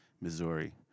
Missouri